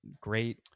great